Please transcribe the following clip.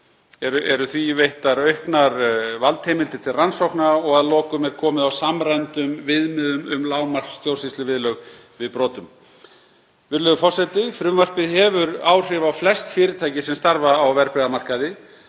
Íslands veittar auknar valdheimildir til rannsókna og að lokum er komið á samræmdum viðmiðum um lágmarksstjórnsýsluviðurlög við brotum. Virðulegur forseti. Frumvarpið hefur áhrif á flest fyrirtæki sem starfa á verðbréfamarkaði.